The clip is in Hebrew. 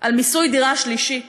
למיסוי דירה שלישית